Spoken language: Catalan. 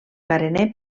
carener